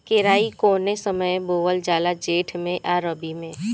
केराई कौने समय बोअल जाला जेठ मैं आ रबी में?